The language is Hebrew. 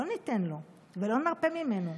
לא ניתן לו ולא נרפה ממנו,